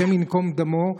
השם ייקום דמו,